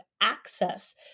access